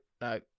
no